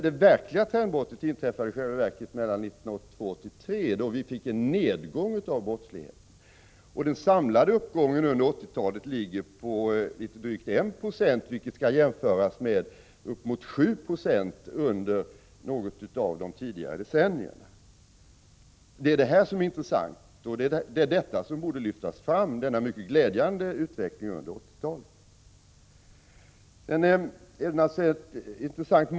Det verkliga trendbrottet inträffade i själva verket mellan 1982 och 1983, då vi fick en nedgång av brottsligheten. Den samlade uppgången under 1980-talet ligger på litet drygt 1 92, vilket kan jämföras med uppemot 7 26 under något av de tidigare decennierna. Det är det som är intressant och som borde lyftas fram — denna mycket glädjande utveckling under 1980-talet.